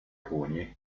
pugni